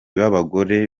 b’abagore